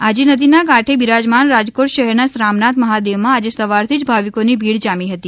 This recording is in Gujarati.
આજી નદીના કાંઠે બિરાજમાન રાજકોટ શહેરના રામનાથ મહાદેવમાં આજે સવારથી જ ભાવિકોની ભીડ જામી હતી